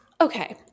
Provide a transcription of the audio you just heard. Okay